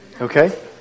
Okay